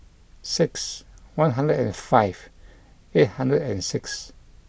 six one hundred and five eight hundred and six